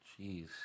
jeez